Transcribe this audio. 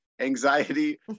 anxiety